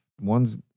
One's